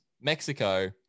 Mexico